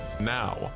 Now